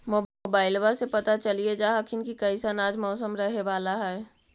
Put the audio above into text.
मोबाईलबा से पता चलिये जा हखिन की कैसन आज मौसम रहे बाला है?